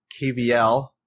KVL